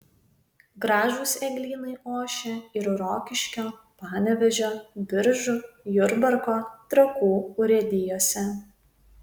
gražūs eglynai ošia ir rokiškio panevėžio biržų jurbarko trakų urėdijose